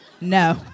No